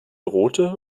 rote